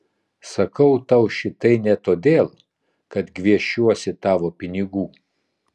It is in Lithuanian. sakau tau šitai ne todėl kad gviešiuosi tavo pinigų